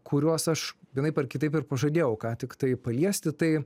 kuriuos aš vienaip ar kitaip ir pažadėjau ką tiktai paliesti tai